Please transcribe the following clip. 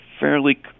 fairly